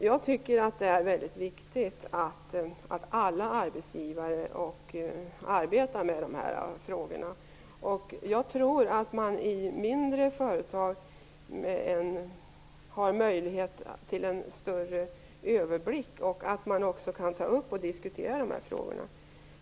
Jag tycker att det är väldigt viktigt att alla arbetsgivare arbetar med dessa frågor. I mindre företag har man möjligheter till en större överblick och kan därför ta upp och föra diskussioner.